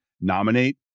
nominate